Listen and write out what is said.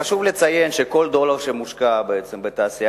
חשוב לציין שכל דולר שמושקע בתעשייה